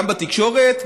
גם בתקשורת,